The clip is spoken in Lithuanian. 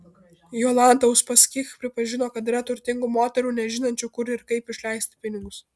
jolanta uspaskich pripažino kad yra turtingų moterų nežinančių kur ir kaip išleisti pinigus